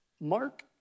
Mark